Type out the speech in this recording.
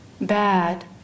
bad